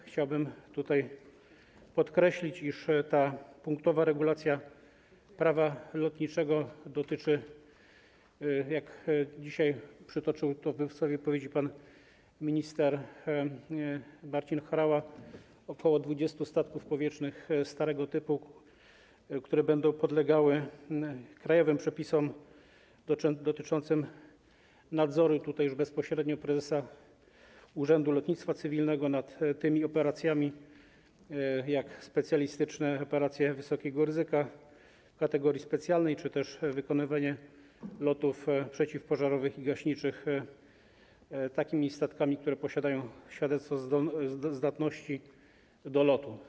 Chciałbym podkreślić, iż ta punktowa regulacja Prawa lotniczego dotyczy - jak dzisiaj przytoczył to w swojej wypowiedzi pan minister Marcin Horała - ok. 20 statków powietrznych starego typu, które będą podlegały krajowym przepisom dotyczącym nadzoru, już bezpośrednio prezesa Urzędu Lotnictwa Cywilnego, nad takimi operacjami jak specjalistyczne operacje wysokiego ryzyka kategorii specjalnej czy też wykonywanie lotów przeciwpożarowych i gaśniczych takimi statkami, które posiadają świadectwo zdatności do lotu.